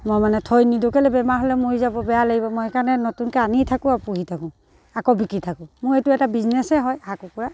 মই মানে থৈ নিদিওঁ কেলৈ বেমাৰ হ'লে মৰি যাব বেয়া লাগিব মই সেইকাৰণে নতুনকৈ আনি থাকোঁ আৰু পুহি থাকোঁ আকৌ বিকি থাকোঁ মোৰ এইটো এটা বিজনেছেই হয় হাঁহ কুকুৰাৰ